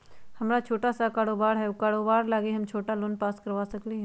हमर छोटा सा कारोबार है उ कारोबार लागी हम छोटा लोन पास करवा सकली ह?